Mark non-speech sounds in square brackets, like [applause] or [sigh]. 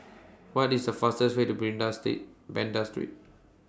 What IS The fastest Way to [unintelligible] State Banda Street